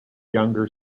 younger